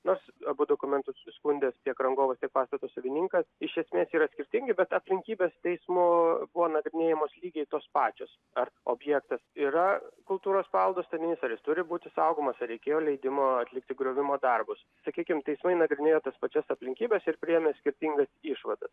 nors abu dokumentus skundęs tiek rangovai pastato savininkas iš esmės yra skirtingi bet aplinkybės teismų buvo nagrinėjamos lygiai tos pačios ar objektas yra kultūros paveldo statinys ar jis turi būti saugomas ar reikėjo leidimo atlikti griovimo darbus sakykim teismai nagrinėjo tas pačias aplinkybes ir priėmė skirtingas išvadas